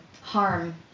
harm